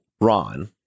Ron